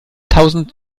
tausend